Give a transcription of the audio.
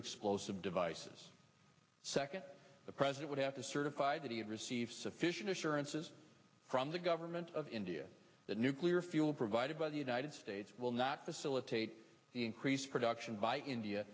explosive devices second the president would have to certify that he had received sufficient assurances from the government of india that nuclear fuel provided by the united states will not facilitate the increased production by india